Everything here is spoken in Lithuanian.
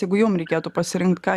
jeigu jums reikėtų pasirinkt ką